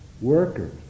workers